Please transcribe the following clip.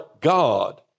God